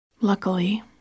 Luckily